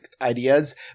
ideas